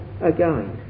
again